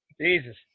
Jesus